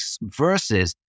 versus